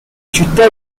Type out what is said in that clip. città